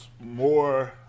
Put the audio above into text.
more